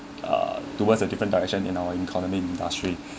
uh towards a different direction in our economy industry